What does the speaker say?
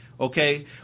okay